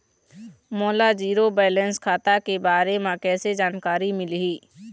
मोला zero balance खाता के बारे म कैसे जानकारी मिलही?